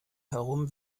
herum